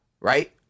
right